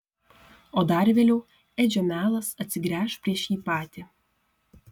o dar vėliau edžio melas atsigręš prieš jį patį